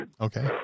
Okay